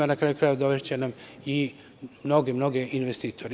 Na kraju krajeva, dovešće nam i mnoge investitore.